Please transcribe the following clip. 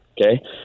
Okay